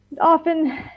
Often